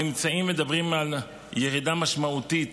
הממצאים מדברים על ירידה משמעותית